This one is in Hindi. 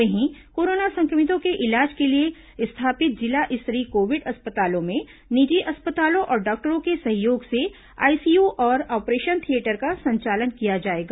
वहीं कोरोना सं क्र मितों के इलाज के लिए स्थापित जिला स्तरीय कोविड अस्पतालों में निजी अस्पतालों और डॉक्टरों के सहयोग से आईसीयू और ऑपरेशन थियेटर का संचालन किया जाएगा